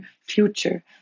future